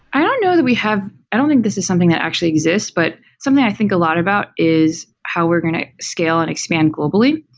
i don't know that we have i don't think this is something that actually exists, but something i think a lot about is how we're going to scale and expand globally.